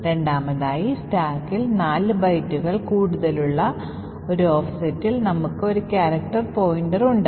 ഇപ്പോൾ EBP എന്ന സ്ഥാനത്ത് അതായത്കാനറി ലൊക്കേഷനിൽ 12 ബൈറ്റുകൾ ഉള്ള ഒരു ഫ്രെയിം പോയിന്റർ ഉണ്ട്